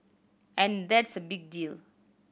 and that's a big deal